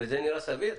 וזה נראה סביר?